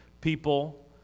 people